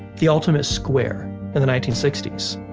the ultimate square in the nineteen sixty s,